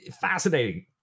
fascinating